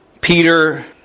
Peter